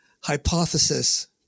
hypothesis